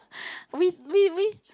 we we we